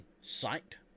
site